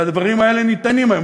הדברים האלה ניתנים היום,